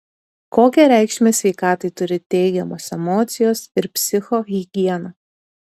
kokią reikšmę sveikatai turi teigiamos emocijos ir psichohigiena